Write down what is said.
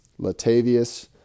Latavius